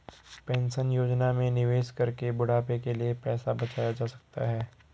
pension योजना में निवेश करके बुढ़ापे के लिए पैसा बचाया जा सकता है